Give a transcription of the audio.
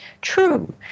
true